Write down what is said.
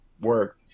work